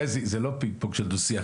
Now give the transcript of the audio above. חזי, זה לא פינג פונג של דו-שיח.